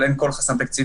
אבל אין כל חסם תקציבי,